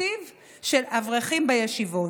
תקציב של אברכים בישיבות.